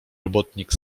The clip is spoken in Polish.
robotnik